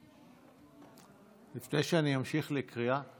לפני שאמשיך לקריאה,